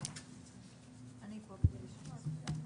באתי בעיקר לשמוע.